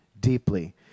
deeply